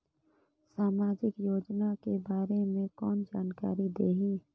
समाजिक योजना के बारे मे कोन जानकारी देही?